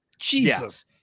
Jesus